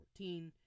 2014